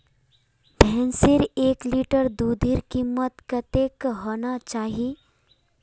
भैंसेर एक लीटर दूधेर कीमत कतेक होना चही?